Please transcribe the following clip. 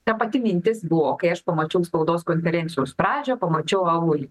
ta pati mintis buvo aš pamačiau spaudos konferencijos pradžią pamačiau avulį